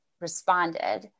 responded